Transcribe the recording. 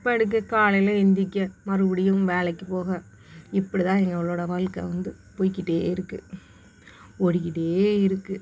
படுக்க காலையில் எந்திரிக்க மறுபடியும் வேலைக்கு போக இப்படி தான் எங்களோடய வாழ்க்கை வந்து போய்க்கிட்டு இருக்குது ஓடிக்கிட்டு இருக்குது